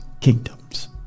kingdoms